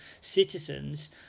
citizens